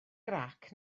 grac